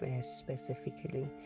specifically